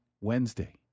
wednesday